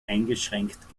eingeschränkt